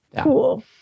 Cool